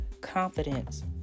confidence